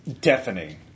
deafening